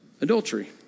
Adultery